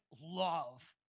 love